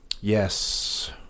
Yes